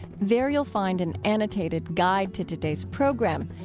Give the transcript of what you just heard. there you'll find an annotated guide to today's program,